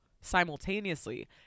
simultaneously